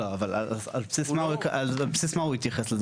לא, אז על בסיס מה הוא יתייחס לזה?